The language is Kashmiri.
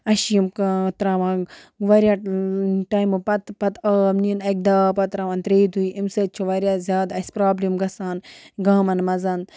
اَسہِ چھِ یِم تراوان واریاہ ٹایمہٕ پَتہٕ پَتہٕ آب نِن اَکہِ دۄہ آو پَتہٕ تراوان ترٛیہِ دُہۍ اَمہِ سۭتۍ چھُ واریاہ زیادٕ اَسہِ پرابلِم گژھان گامَن منٛز